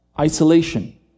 isolation